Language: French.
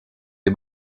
des